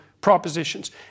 propositions